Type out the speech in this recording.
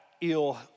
ill